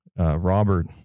Robert